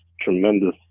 tremendous